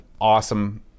awesome